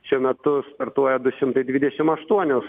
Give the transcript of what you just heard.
šiuo metu startuoja du šimtai dvidešim aštuonios